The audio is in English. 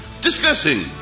discussing